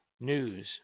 news